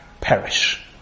perish